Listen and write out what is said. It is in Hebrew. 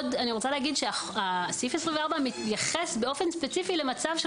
אני רוצה לומר שסעיף 24 מתייחס באופן ספציפי למצב של